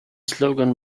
slogan